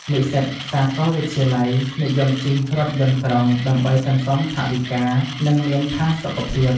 និស្សិតសាកលវិទ្យាល័យនិយមជិះរថយន្តក្រុងដើម្បីសន្សំថវិកា និងមានផាសុកភាព។